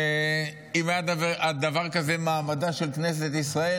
אם היה דבר כזה מעמדה של כנסת ישראל,